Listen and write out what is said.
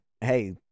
hey